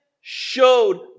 showed